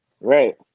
Right